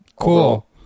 cool